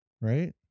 right